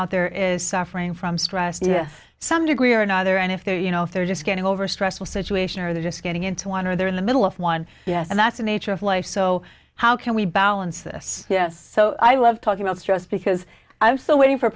out there is suffering from stress to some degree or another and if they're you know if they're just getting over a stressful situation or they're just getting into one or they're in the middle of one yes and that's the nature of life so how can we balance this yes so i love talking about stress because i'm so waiting for a